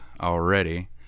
already